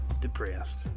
depressed